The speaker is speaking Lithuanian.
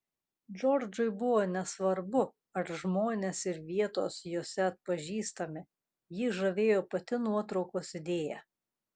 džordžui buvo nesvarbu ar žmonės ir vietos jose pažįstami jį žavėjo pati nuotraukos idėja